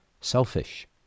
selfish